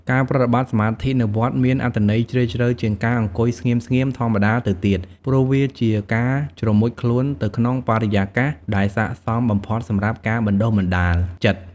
ការប្រតិបត្តិសមាធិនៅវត្តមានអត្ថន័យជ្រាលជ្រៅជាងការអង្គុយស្ងៀមៗធម្មតាទៅទៀត ព្រោះវាជាការជ្រមុជខ្លួនទៅក្នុងបរិយាកាសដែលស័ក្តិសមបំផុតសម្រាប់ការបណ្តុះបណ្តាលចិត្ត។